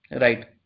Right